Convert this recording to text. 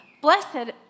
Blessed